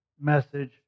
message